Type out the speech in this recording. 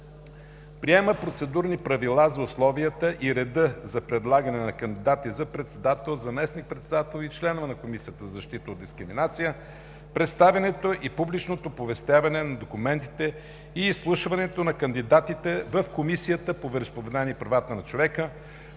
Приема процедурни правила за условията и реда за предлагане на кандидати за председател, заместник-председател и членове на Комисията за защита от дискриминация, представянето и публичното оповестяване на документите и изслушването на кандидатите в Комисията по вероизповеданията и правата на човека,